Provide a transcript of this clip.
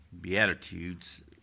Beatitudes